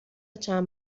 چند